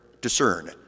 Discern